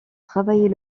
travailler